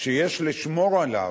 שיש לשמור עליו.